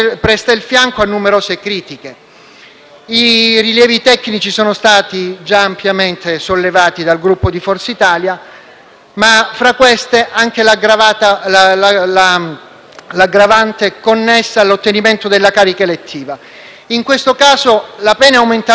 I rilievi tecnici sono già stati ampiamente avanzati dal Gruppo Forza Italia. Fra questi vi è anche l'aggravante connessa all'ottenimento della carica elettiva. In questo caso, la pena è aumentata della metà (da